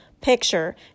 Picture